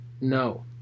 No